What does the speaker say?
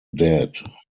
dead